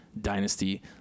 dynasty